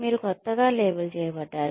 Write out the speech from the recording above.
మీరు క్రొత్తగా లేబుల్ చేయబడ్డారు